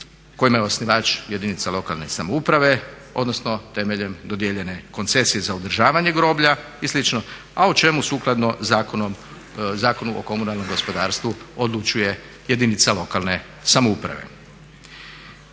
kojima je osnivač jedinica lokalne samouprave, odnosno temeljem dodijeljene koncesije za održavanje groblja i slično a o čemu sukladno Zakonu o komunalnom gospodarstvu odlučuje jedinica lokalne samouprave.